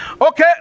okay